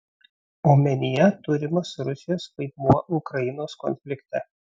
omenyje turimas rusijos vaidmuo ukrainos konflikte